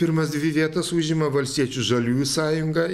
pirmas dvi vietas užima valstiečių žaliųjų sąjunga